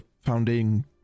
founding